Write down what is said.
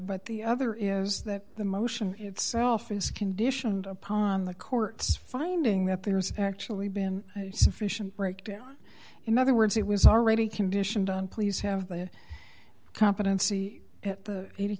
but the other is that the motion itself is conditioned upon the court's finding that there's actually been sufficient breakdown in other words it was already conditioned on please have the competency at the